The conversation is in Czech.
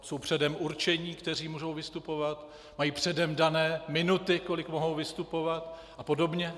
Je předem určeno, kteří mohou vystupovat, mají předem dané minuty, kolik mohou vystupovat apod.